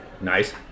Nice